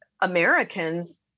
Americans